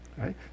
right